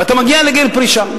ואתה מגיע לקצבת פרישה.